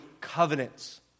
covenants